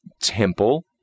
temple